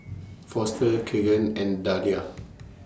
Foster Kegan and Dalia